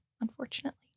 unfortunately